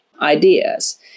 ideas